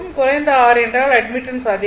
குறைந்த R என்றால் admittance அதிகம்